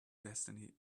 destiny